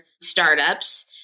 startups